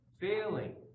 failing